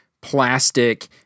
plastic